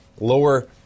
lower